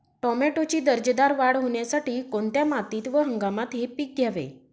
टोमॅटोची दर्जेदार वाढ होण्यासाठी कोणत्या मातीत व हंगामात हे पीक घ्यावे?